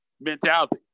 mentality